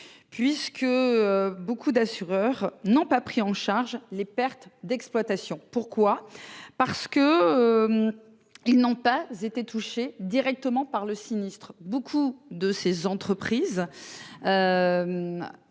puisque beaucoup d'assureurs n'ont pas pris en charge les pertes d'exploitation. Pourquoi parce que. Ils n'ont pas été touchés directement par le sinistre. Beaucoup de ces entreprises.